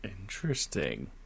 interesting